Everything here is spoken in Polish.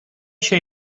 się